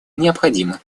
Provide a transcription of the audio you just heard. необходимы